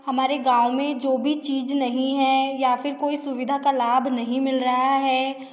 हमारे गाँव में जो भी चीज़ नहीं है या फिर कोई सुविधा का लाभ नहीं मिल रहा है